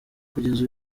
kugeza